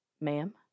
Ma'am